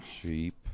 sheep